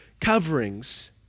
coverings